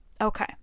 Okay